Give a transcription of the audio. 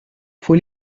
fue